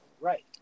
Right